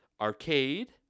Arcade